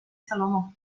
salomó